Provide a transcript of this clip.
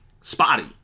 spotty